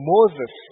Moses